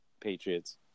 Patriots